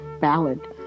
ballad